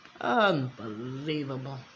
Unbelievable